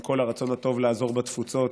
עם כל הרצון הטוב לעזור לתפוצות,